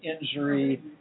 injury